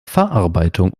verarbeitung